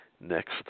next